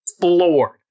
floored